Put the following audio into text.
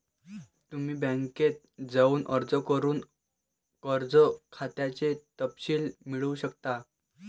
तुम्ही बँकेत जाऊन अर्ज करून कर्ज खात्याचे तपशील मिळवू शकता